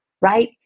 right